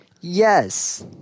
Yes